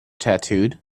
tattooed